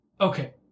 okay